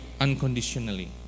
unconditionally